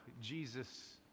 Jesus